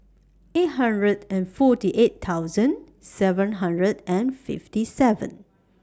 eight hundred and forty eight thousand seven hundred and fifty seven